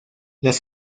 las